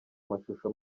amashusho